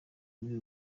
muri